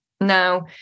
Now